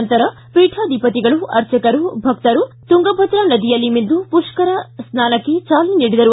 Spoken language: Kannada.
ನಂತರ ಪೀಠಾಧಿಪತಿಗಳು ಆರ್ಚಕರು ಭಕ್ತರು ತುಂಗಭದ್ರ ನದಿಯಲ್ಲಿ ಮಿಂದು ಪುಷ್ಕರ ಸ್ನಾನಕ್ಕೆ ಚಾಲನೆ ನೀಡಿದರು